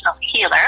healer